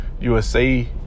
USA